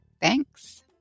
Thanks